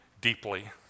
deeply